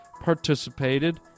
participated